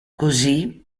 così